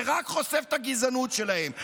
זה רק חושף את הגזענות שלהם.